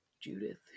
Judith